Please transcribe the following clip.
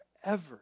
forever